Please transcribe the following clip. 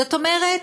זאת אומרת,